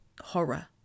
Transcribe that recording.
horror